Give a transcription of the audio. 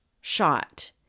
shot